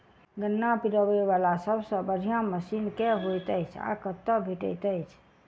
गन्ना पिरोबै वला सबसँ बढ़िया मशीन केँ होइत अछि आ कतह भेटति अछि?